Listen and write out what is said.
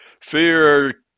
Fear